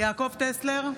יעקב טסלר,